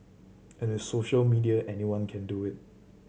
and with social media anyone can do it